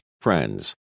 friends